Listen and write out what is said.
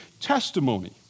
testimony